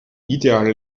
ideale